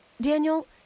Daniel